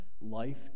Life